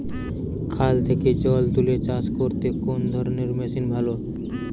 খাল থেকে জল তুলে চাষ করতে কোন ধরনের মেশিন ভালো?